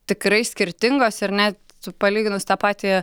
tikrai skirtingos ir net palyginus tą patį